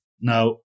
Now